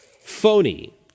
phony